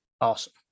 awesome